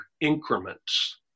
increments